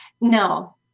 No